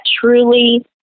truly